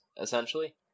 essentially